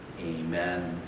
Amen